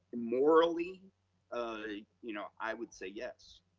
morally i you know i would say yes,